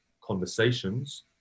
conversations